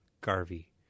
Garvey